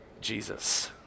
Jesus